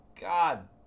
God